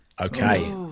okay